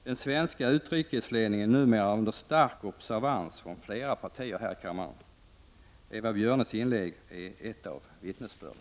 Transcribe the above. Den svenska utrikesledningen är numera under stark observans från flera partier här i kammaren. Eva Björnes inlägg är ett av vittnesbörden.